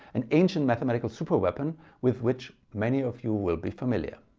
an ancient mathematical superweapon with which many of you will be familiar.